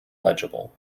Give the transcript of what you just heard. legible